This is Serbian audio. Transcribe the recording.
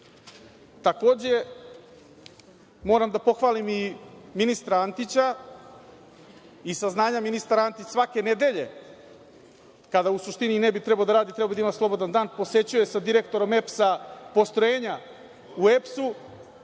godini. Takođe, moram da pohvalim i ministra Antića i saznanje da ministar Antić svake nedelje kada u suštini ne bi trebao da radi, kada bi trebao da ima slobodan dan, posećuje sa direktorom EPS-a postrojenja u EPS-u.